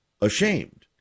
ashamed